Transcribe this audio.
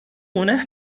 una